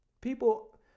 People